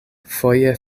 foje